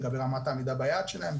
לגבי רמת העמידה ביעד שלהם,